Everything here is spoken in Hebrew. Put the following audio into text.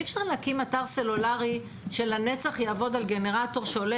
אי אפשר להקים אתר סלולרי שלנצח יעבוד על גנרטור שעולה